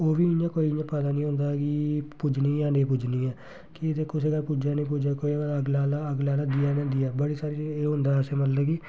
ओह् बी इ'यां कोई इ'यां पता नेईं होंदा कि पुज्जनी ऐ नेईं पुज्जनी ऐ कि नि ते कुसै दे पुज्जै नेईं पुज्जै केह् पता अगला आह्ला अगला आह्ला देऐ नेईं देऐ बड़े सारे असें होंदा इत्थें मतलब कि